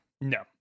no